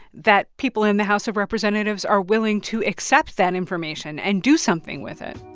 that people in the house of representatives are willing to accept that information and do something with it